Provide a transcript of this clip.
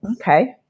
Okay